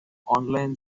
online